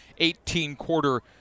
18-quarter